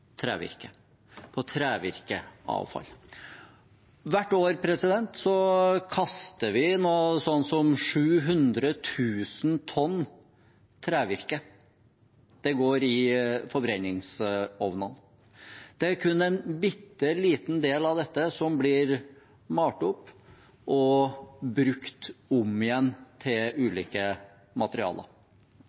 trevirke – på trevirkeavfall. Hvert år kaster vi noe sånt som 700 000 tonn trevirke. Det går i forbrenningsovnene. Det er kun en bitte liten del av dette som blir malt opp og brukt om igjen til ulike materialer.